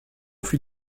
fut